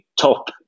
top